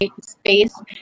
Space